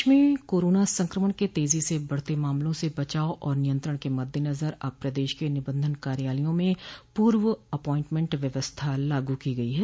प्रदेश में कोरोना संक्रमण के तेजी से बढ़ते मामलों से बचाव और नियंत्रण के मद्देनजर अब प्रदेश के निबंधन कार्यालयों में पूर्व अपाइंटमेंट व्यवस्था लागू की गई है